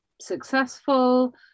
successful